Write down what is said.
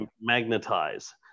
magnetize